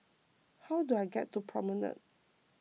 how do I get to Promenade